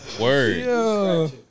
Word